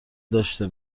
داشته